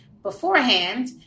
beforehand